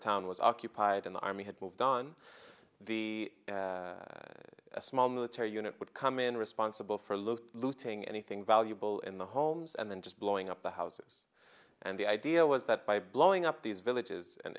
town was occupied and the army had moved on the as a small military unit would come in responsible for look looting anything valuable in the homes and then just blowing up the houses and the idea was that by blowing up these villages and